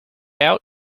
out